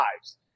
lives